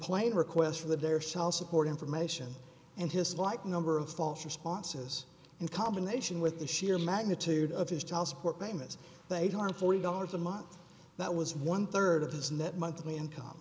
play requests for the bear shall support information and his like number of false responses in combination with the sheer magnitude of his child support payments the eight hundred forty dollars a month that was one third of his net monthly income